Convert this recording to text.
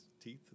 teeth